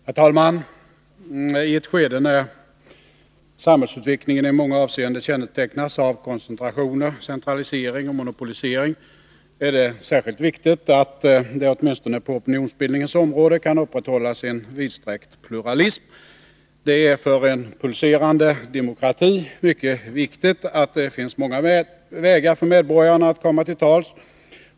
Herr talman! I ett skede när samhällsutvecklingen i många avseenden kännetecknas av koncentration, centralisering och monopolisering är det särskilt viktigt att det åtminstone på opinionsbildningens område kan upprätthållas en vidsträckt pluralism. Det är för en pulserande demokrati mycket viktigt att det finns många vägar för medborgarna att komma till tals.